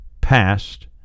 past